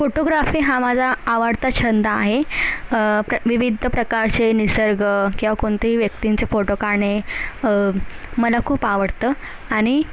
photography हा माझा आवडता छंद आहे प्र विविध प्रकारचे निसर्ग किंवा कोणत्याही व्यक्तींचे फोटो काढणे मला खूप आवडतं आणि